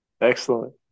Excellent